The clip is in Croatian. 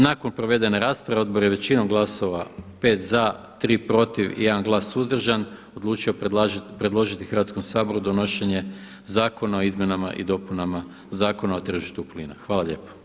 Nakon provedene rasprave odbor je većinom glasova 5 za, 3 protiv i 1 glas suzdržan odlučio predložiti Hrvatskom saboru donošenje Zakona o izmjenama i dopunama Zakona o tržištu plina.